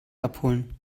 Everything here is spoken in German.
abholen